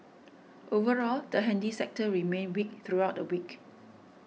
overall the handy sector remained weak throughout the week